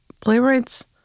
playwrights